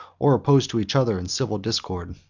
or opposed to each other in civil discord.